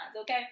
okay